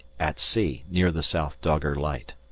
at sea. near the south dogger light.